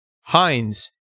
Heinz